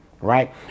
Right